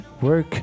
Work